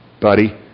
buddy